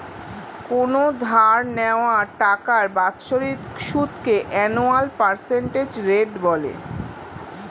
কোনো ধার নেওয়া টাকার বাৎসরিক সুদকে অ্যানুয়াল পার্সেন্টেজ রেট বলে